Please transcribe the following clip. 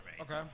Okay